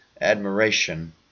admiration